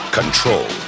control